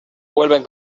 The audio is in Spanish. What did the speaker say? vuelven